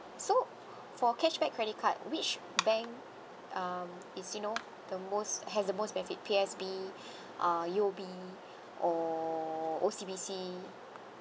so for cashback credit card which bank um is you know the most has the most benefit P_O_S_B uh U_O_B or O_C_B_C